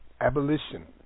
Abolition